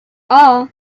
all